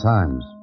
Times